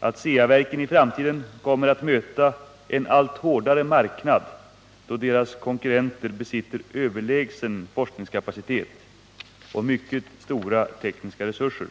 att Ceaverken i framtiden kommer att möta en allt hårdare marknad då deras konkurrenter besitter överlägsen forskningskapacitet och mycket stora tekniska resurser.